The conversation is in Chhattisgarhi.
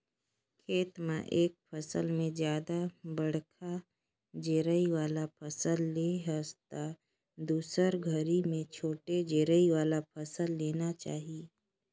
खेत म एक फसल में जादा बड़खा जरई वाला फसल ले हस त दुसर घरी में छोटे जरई वाला फसल लेना चाही